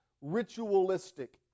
ritualistic